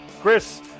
Chris